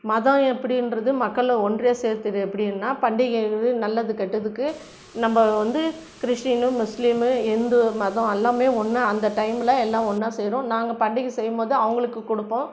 மதம் எப்படின்றது மக்களை ஒன்றியாக சேத்தது எப்படின்னா பண்டிகை நல்லது கெட்டதுக்கு நம்ம வந்து கிறிஸ்டின்னு முஸ்லீமு இந்து மதம் அல்லாமே ஒன்று அந்த டைமில் எல்லாம் ஒன்றா சேரும் நாங்கள் பண்டிகை செய்யும் போது அவங்களுக்கு கொடுப்போம்